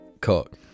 cock